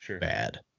bad